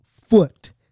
foot